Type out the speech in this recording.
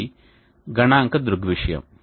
ఇది గణాంక దృగ్విషయం